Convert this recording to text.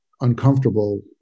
uncomfortable